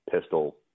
pistol